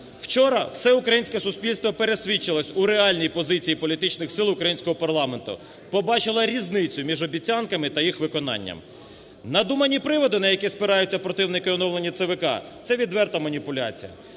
Вчора все українське суспільство пересвідчилось у реальній позиції політичних сил українського парламенту, побачило різницю між обіцянками та їх виконанням. Надумані приводи, на які спираються противники оновлення ЦВК, – це відверта маніпуляція.